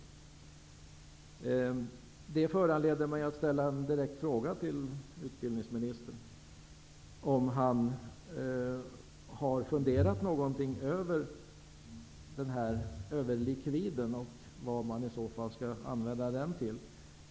Det föranleder mig att ställa en direkt fråga till utbildningsministern: Har utbildningsministern funderat något över den här överlikviden och vad man i så fall skall använda den till?